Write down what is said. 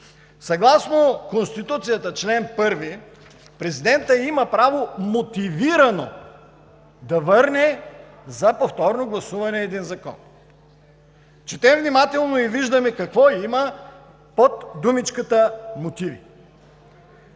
Съгласно Конституцията – чл. 1, президентът има право мотивирано да върне за повторно гласуване един закон. Четем внимателно и виждаме какво има под думичката „Мотиви“.